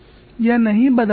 यह नहीं बदल रहा था